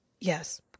yes